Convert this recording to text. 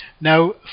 Now